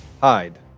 hide